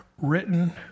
written